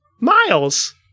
Miles